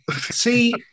See